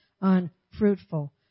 unfruitful